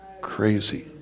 crazy